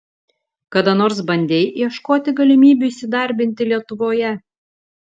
kada nors bandei ieškoti galimybių įsidarbinti lietuvoje